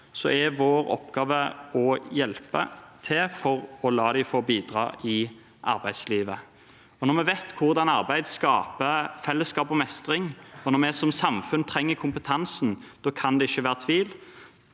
er det vår oppgave å hjelpe til for å la dem få bidra i arbeidslivet. Når vi vet hvordan arbeid skaper fellesskap og mestring, og når vi som samfunn trenger kompetansen, kan det ikke være tvil